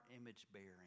image-bearing